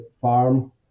farm